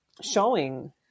showing